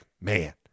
man